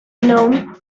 known